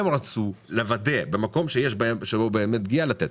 הם רצו לוודא שבמקום שיש באמת פגיעה, לתת.